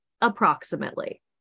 approximately